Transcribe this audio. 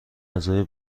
اعضای